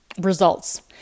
results